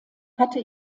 hatte